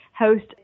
host